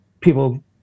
people